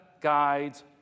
guides